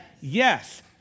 Yes